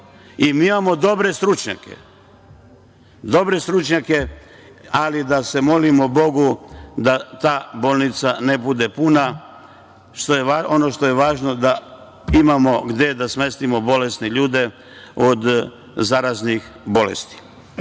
Mi imamo dobre stručnjake, ali da se molimo Bogu da ta bolnica ne bude puna. Ono što je važno da imamo gde da smestimo bolesne ljude od zaraznih bolesti. Ova